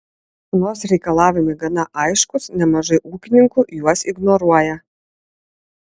nors reikalavimai gana aiškūs nemažai ūkininkų juos ignoruoja